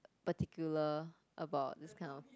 particular about this kind of